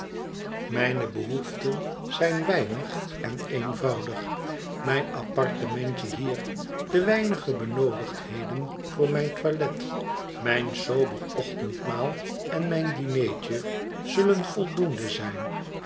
mijne behoeften zijn weinig en eenvoudig mijn appartementje hier de weinige benoodigdheden voor mijn toilet mijn sober ochtendmaal en mijn dinertje zullen voldoende zijn